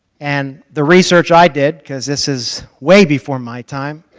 and the research i did because this is way before my time